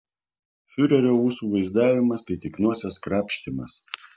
fiurerio ūsų vaizdavimas tai tik nosies krapštymas